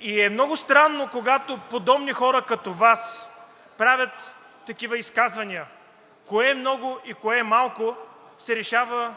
И е много странно, когато подобни хора като Вас правят такива изказвания. Кое е много и кое е малко се решава